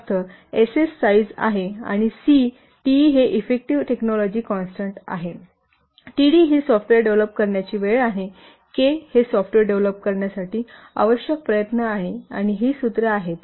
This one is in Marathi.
येथे यूजरच्या टर्मचा अर्थ Ss साईज आहे आणि C te ही इफ्फेक्टिव्ह टेकनॉलॉजि कॉन्स्टन्ट आहे td ही सॉफ्टवेअर डेव्हलप करण्याची वेळ आहे आणि K हे सॉफ्टवेअर डेव्हलप करण्यासाठी आवश्यक प्रयत्न आहे आणि ही सूत्रे आहेत